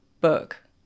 book